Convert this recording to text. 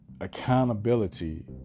accountability